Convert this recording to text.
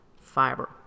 fiber